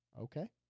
Okay